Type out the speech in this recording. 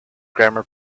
grammar